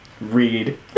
read